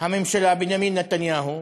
הממשלה בנימין נתניהו,